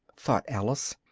thought alice,